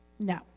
No